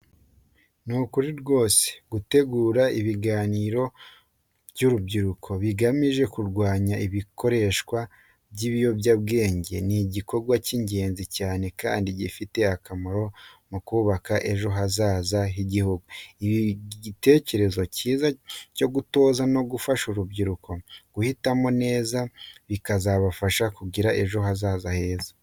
Ni ukuri rwose, gutegura ibiganiro by’urubyiruko bigamije kurwanya ikoreshwa ry’ibiyobyabwenge ni igikorwa cy’ingenzi cyane kandi gifite akamaro mu kubaka ejo hazaza heza h’igihugu. Ibi ni igitekerezo cyiza cyo gutoza no gufasha urubyiruko guhitamo neza bikazabafasha kugira ejo hazaza heza.